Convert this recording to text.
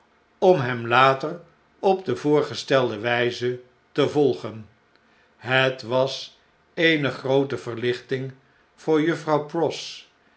om hem later op de voorgestelde wjjze te volgen het was eene groote verlichting voor juffrouw pross